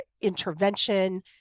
intervention